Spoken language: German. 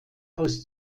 aus